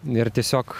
ir tiesiog